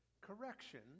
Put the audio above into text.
Correction